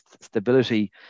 stability